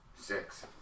Six